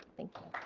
thank